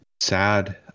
sad